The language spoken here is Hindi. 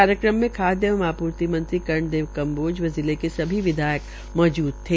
कार्यक्रम में खाद्य एवं आपूर्ति मंत्रीकर्ण देव कम्बोज व जिले के सभी विधायक मौजद् थे